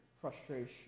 frustration